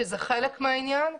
שזה חלק מהעניין.